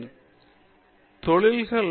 பேராசிரியர் ராஜேஷ் குமார் சரி